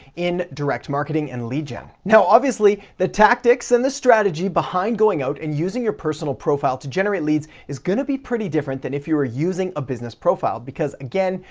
in direct marketing and lead gen. now, obviously, the tactics and the strategy behind going out and using your personal profile to generate leads is gonna be pretty different than if you were using a business profile. because, again,